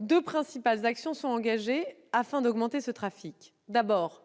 Deux principales actions sont engagées afin d'augmenter ce trafic :